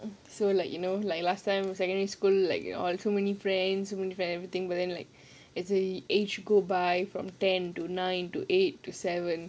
so like you know like last time secondary school like orh so many friends you want friend everything but then like as the age go by from ten to nine to eight to seven